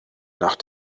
nach